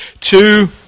Two